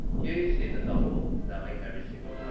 here you see the double, nailing every single